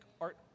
art